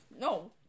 no